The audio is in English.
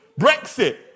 Brexit